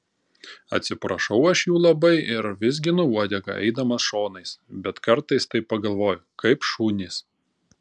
atsiprašau aš jų labai ir vizginu uodegą eidamas šonais bet kartais taip pagalvoju kaip šunys